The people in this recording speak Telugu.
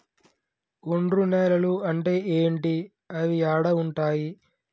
ఒండ్రు నేలలు అంటే ఏంటి? అవి ఏడ ఉంటాయి?